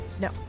No